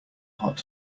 hot